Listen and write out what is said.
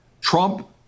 Trump